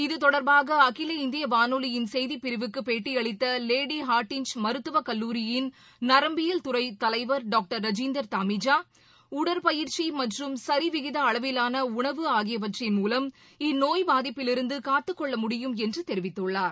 இது தொடர்பாக அகில இந்திய வாணொலியின் செய்தி பிரிவுக்கு பேட்டியளித்த ம ரு த ் துவ கல் லு பரியி ன் நரம்பியல் துறை தலைவர் doctor Rajinder Dhamija உடற்பயி ற்சி மற்றும் சரிவிகித அளவிலான உணவ ஆகியவை இந்நோய் பாதிப்பில் இருந்து காத்துக்கொள்ள முடிய ம் என்று தெரிவித்துள்ளார்